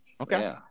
Okay